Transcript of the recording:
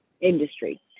industry